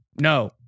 no